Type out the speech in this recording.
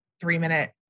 three-minute